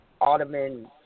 Ottoman